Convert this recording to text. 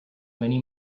many